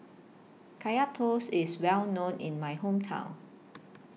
Kaya Toast IS Well known in My Hometown